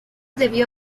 debió